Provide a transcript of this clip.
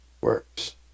works